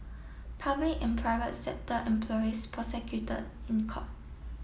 public and private sector employees prosecuted in court